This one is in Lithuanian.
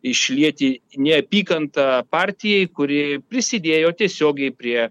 išlieti neapykantą partijai kuri prisidėjo tiesiogiai prie